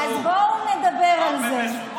אז בואו נדבר על זה.